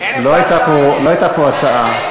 הייתה פה הצעה.